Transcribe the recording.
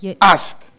Ask